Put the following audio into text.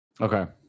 Okay